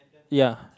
ya